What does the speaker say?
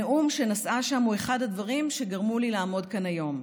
הנאום שנשאה שם הוא אחד הדברים שגרמו לי לעמוד כאן היום.